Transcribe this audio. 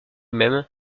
même